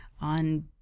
on